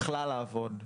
בכלל לעבוד,